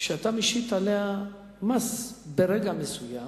כשאתה משית עליה מס ברגע מסוים,